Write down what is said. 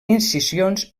incisions